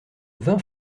vingt